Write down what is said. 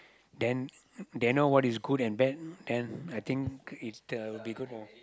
then then they know what is good and bad then I think it's a it will be good for